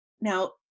Now